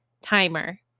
timer